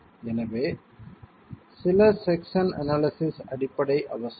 எனவே சில section analysis அடிப்படை அவசியம்